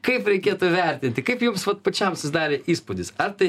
kaip reikėtų vertinti kaip jums vat pačiam susidarė įspūdis ar tai